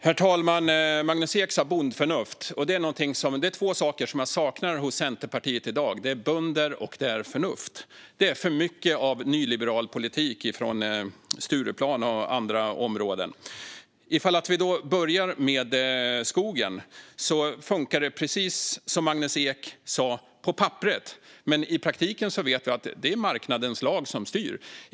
Herr talman! Magnus Ek nämnde bondförnuft, och det är två saker jag saknar hos Centerpartiet i dag: bönder och förnuft. Det är för mycket av nyliberal politik från Stureplan och andra områden. Vi börjar med skogen. På papperet funkar det precis som Magnus Ek sa, men i praktiken vet vi att det är marknadens lag som styr.